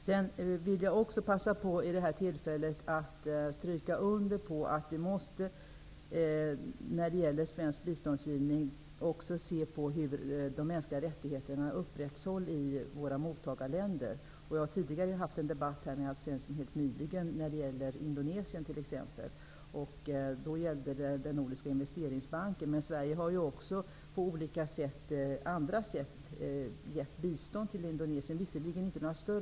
Jag vill också begagna tillfället att stryka under att vi i den svenska biståndsgivningen måste se till hur de mänskliga rättigheterna upprätthålls i våra mottagarländer. Jag har t.ex. helt nyligen haft en debatt med Alf Svensson om Indonesien och Nordiska Investeringsbanken. Också på andra vägar har Sverige givit bistånd till Indonesien.